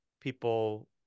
people